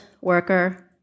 worker